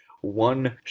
one